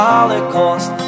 Holocaust